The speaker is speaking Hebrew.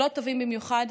לא טובים במיוחד.